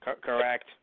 Correct